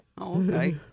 Okay